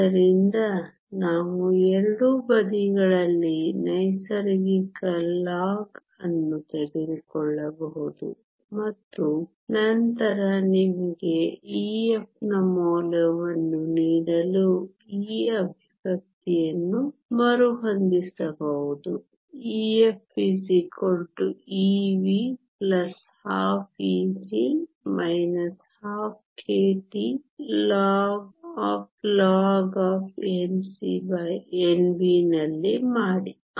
ಆದ್ದರಿಂದ ನಾವು ಎರಡೂ ಬದಿಗಳಲ್ಲಿ ನೈಸರ್ಗಿಕ ಲಾಗ್ ಅನ್ನು ತೆಗೆದುಕೊಳ್ಳಬಹುದು ಮತ್ತು ನಂತರ ನಿಮಗೆ Ef ನ ಮೌಲ್ಯವನ್ನು ನೀಡಲು ಈ ಎಕ್ಸ್ಪ್ರೆಶನ್ ಅನ್ನು ಮರುಹೊಂದಿಸಬಹುದು EfEv12Eg 12kTInInNcNv ನಲ್ಲಿ ಮಾಡಿ